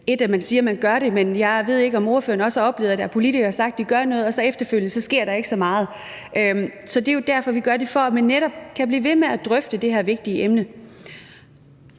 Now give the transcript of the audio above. er, at man siger, at man gør det, men jeg ved ikke, om spørgeren også har oplevet, at der er politikere, der har sagt, at de gør noget, og så sker der efterfølgende ikke så meget. Så det er jo derfor, vi gør det, altså for at man netop kan blive ved med drøfte det her vigtige emne.